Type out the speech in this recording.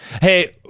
Hey